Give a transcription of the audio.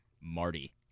Marty